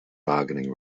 bargaining